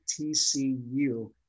TCU